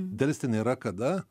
delsti nėra kada